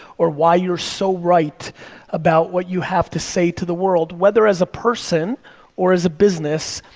or why you're so right about what you have to say to the world, whether as a person or as a business,